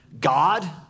god